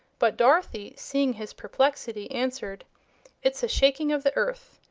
but dorothy, seeing his perplexity, answered it's a shaking of the earth.